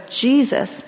Jesus